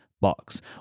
box